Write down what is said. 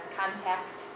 contact